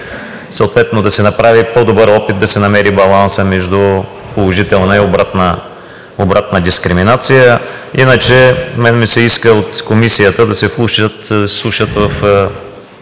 съответно да се направи по-добър опит да се намери балансът между положителна и обратна дискриминация. Иначе на мен ми се иска от Комисията да се вслушат в